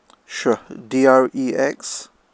sure D R E X